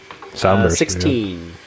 16